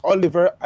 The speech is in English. Oliver